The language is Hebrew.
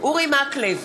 אורי מקלב,